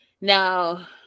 now